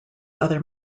other